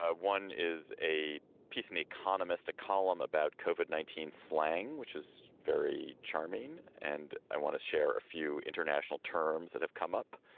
ah one is a piece in the economist, a column about covered nineteen slang, which is very charming. and i want to share a few international terms that have come up.